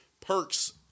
perks